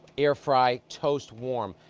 air fry, toast warm.